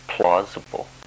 plausible